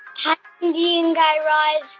hi, mindy and guy raz.